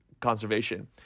Conservation